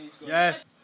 Yes